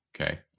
Okay